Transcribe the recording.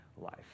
life